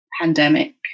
pandemic